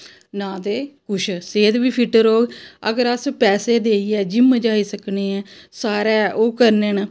ना ते कुछ सेह्त बी फिट्ट रौह्ग अगर अस पैहे देइयै जिम्म जाई सकने न सारे ओह् करने न